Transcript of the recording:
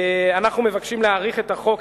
אנחנו מבקשים להאריך את תוקף החוק,